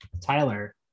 Tyler